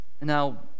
Now